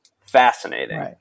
fascinating